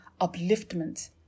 upliftment